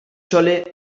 chole